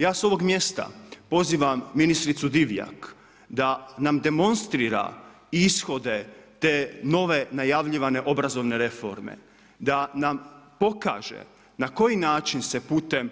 Ja s ovog mjesta pozivam ministricu Divjak, da nam demonstrira ishode, te nove najavljivane obrazovne reforme, da nam pokaže na koji način se putem